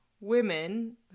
women